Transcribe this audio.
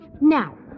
Now